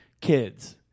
kids